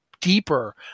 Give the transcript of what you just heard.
deeper